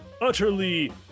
utterly